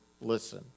listen